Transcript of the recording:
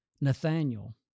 Nathaniel